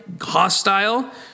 hostile